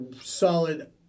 solid